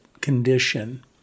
condition